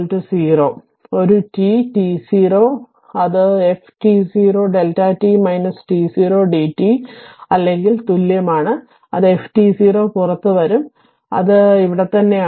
refore ഒരു t t0 അത് f t0 Δ t t0 d t അല്ലെങ്കിൽ തുല്യമാണ് അത് f t0 പുറത്തുവരും അത് ഇവിടെത്തന്നെയാണ്